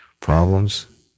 problems